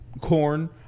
corn